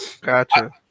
Gotcha